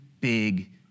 big